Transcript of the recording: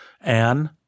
Anne